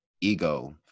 ego